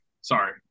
sorry